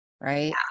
Right